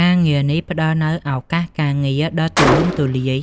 ការងារនេះផ្តល់នូវឱកាសការងារដ៏ទូលំទូលាយ